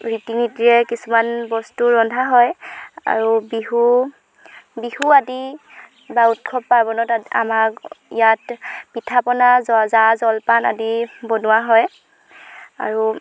ৰীতি নীতিৰে কিছুমান বস্তু ৰন্ধা হয় আৰু বিহু বিহু আদি বা উৎসৱ পাৰ্বণত আমাক ইয়াত পিঠা পনা জ জা জলপান আদি বনোৱা হয় আৰু